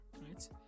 right